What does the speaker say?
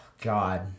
God